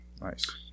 Nice